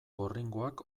gorringoak